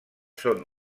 són